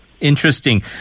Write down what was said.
Interesting